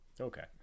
okay